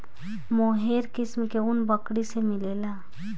मोहेर किस्म के ऊन बकरी से मिलेला